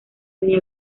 tenía